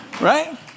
Right